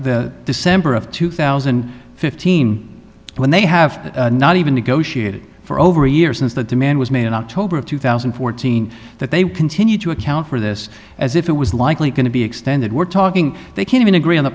the december of two thousand and fifteen when they have not even negotiated for over a year since the demand was made in october of two thousand and fourteen that they would continue to account for this as if it was likely going to be extended we're talking they can't even agree on the